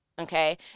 Okay